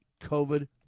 covid